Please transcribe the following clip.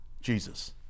Jesus